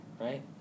right